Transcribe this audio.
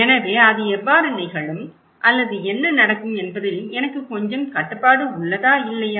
எனவே அது எவ்வாறு நிகழும் அல்லது என்ன நடக்கும் என்பதில் எனக்கு கொஞ்சம் கட்டுப்பாடு உள்ளதா இல்லையா